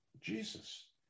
Jesus